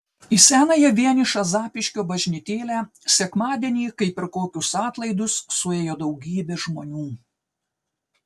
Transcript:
į senąją vienišą zapyškio bažnytėlę sekmadienį kaip per kokius atlaidus suėjo daugybė žmonių